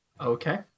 Okay